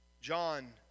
John